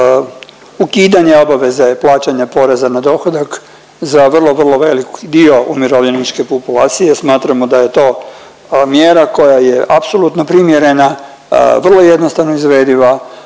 ukidanje obaveze plaćanja poreza na dohodak za vrlo, vrlo velik dio umirovljeničke populacije. Smatramo da je to mjera koja je apsolutno primjerena, vrlo jednostavno izvediva,